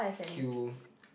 queue